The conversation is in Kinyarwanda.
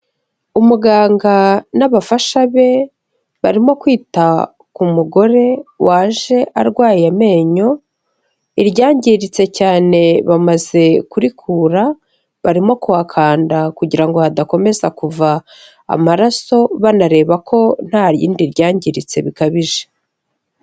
Umuganga n'abafasha be, barimo kwita ku mugore waje arwaye amenyo, iryangiritse cyane bamaze kurikura, barimo kuhakanda kugira ngo hadakomeza kuva amaraso, banareba ko nta rindi ryangiritse bikabije.